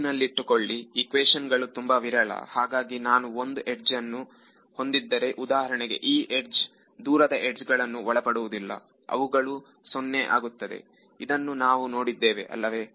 ನೆನಪಿನಲ್ಲಿಟ್ಟುಕೊಳ್ಳಿ equation ಗಳು ತುಂಬಾ ವಿರಳ ಹಾಗಾಗಿ ನಾನು ಒಂದು ಯಡ್ಜ್ ಅನ್ನು ಹೊಂದಿದ್ದರೆ ಉದಾಹರಣೆಗೆ ಈ ಯಡ್ಜ್ ದೂರದ ಯಡ್ಜ್ಗಳನ್ನು ಒಳಪಡುವುದಿಲ್ಲ ಅವುಗಳು 0 ಆಗುತ್ತದೆ ಇದನ್ನು ನಾವು ನೋಡಿದ್ದೇವೆ ಅಲ್ಲವೇ